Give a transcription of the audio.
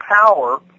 power